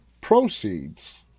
proceeds